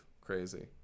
crazy